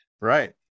Right